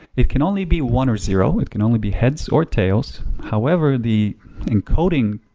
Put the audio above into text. it can only be one or zero, it can only be heads or tails. however, the encoding